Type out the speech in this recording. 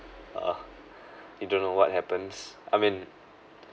uh you don't know what happens I mean